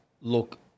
Look